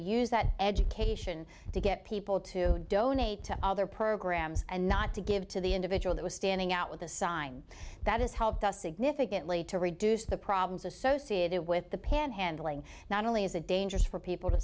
use that education to get people to donate to other programs and not to give to the individual that was standing out with the sign that has helped us significantly to reduce the problems associated with the panhandling not only is it dangerous for people to